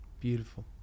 Beautiful